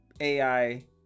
AI